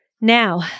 Now